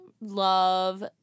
love